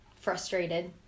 frustrated